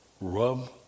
rub